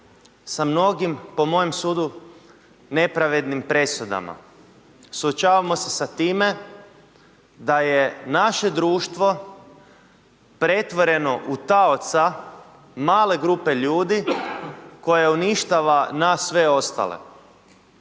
sa mnogim po mojem sudu nepravednim presudama, suočavamo se sa time da je naše društvo pretvoreno u taoca male grupe ljudi koja uništava nas sve ostale.